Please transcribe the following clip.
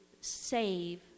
save